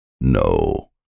No